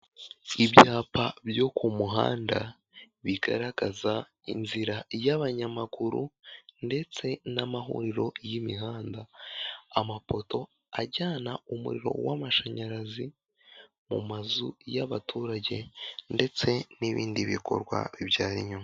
Ibyapa byo ku muhanda bigaragaza inzira y'abanyamaguru ndetse n'amahuriro y'imihanda amapoto ajyana umuriro w'amashanyarazi mu mazu y'abaturage ndetse n'ibindi bikorwa bibyara inyugu.